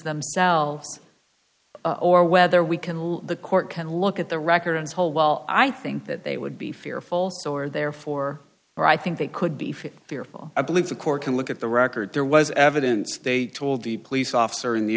themselves or whether we can let the court can look at the records whole well i think that they would be fearful so are there for or i think they could be fit fearful i believe the court can look at the record there was evidence they told the police officer in the